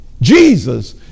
Jesus